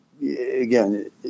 again